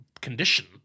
condition